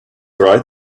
right